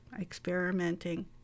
experimenting